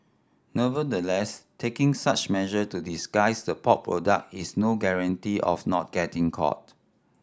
nevertheless taking such measure to disguise the pork product is no guarantee of not getting caught